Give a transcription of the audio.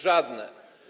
Żadne.